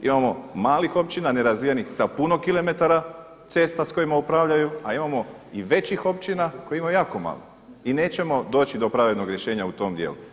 Imamo malih općina, nerazvijenih sa puno kilometara cesta sa kojima upravljaju a imamo i većih općina koji imaju jako malo i nećemo doći do pravednog rješenja u tom dijelu.